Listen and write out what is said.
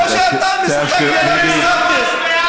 או שאתה משחק את המשחק.